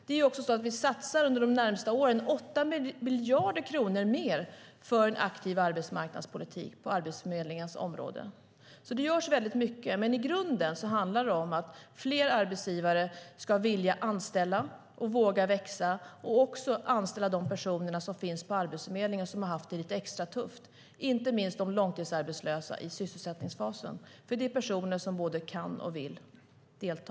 Det är också så att vi under de närmaste åren satsar 8 miljarder kronor mer för en aktiv arbetsmarknadspolitik på Arbetsförmedlingens område. Det görs väldigt mycket, men i grunden handlar det om att fler arbetsgivare ska vilja anställa, våga växa och också anställa de personer som finns på Arbetsförmedlingen som har haft det lite extra tufft, inte minst de långtidsarbetslösa i sysselsättningsfasen. Det är personer som både kan och vill delta.